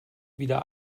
wieder